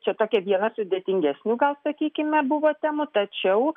čia tokia viena sudėtingesnių gal sakykime buvo temų tačiau